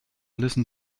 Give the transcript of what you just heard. listen